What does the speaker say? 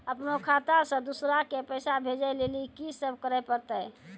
अपनो खाता से दूसरा के पैसा भेजै लेली की सब करे परतै?